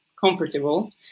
comfortable